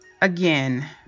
again